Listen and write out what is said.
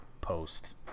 post